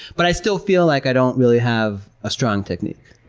but i still feel like i don't really have a strong technique.